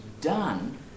done